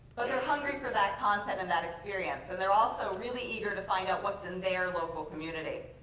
but they're hungry for that content and that experience. and they're also really eager to find out what's in their local community.